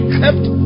kept